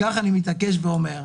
אני מתעקש ואומר,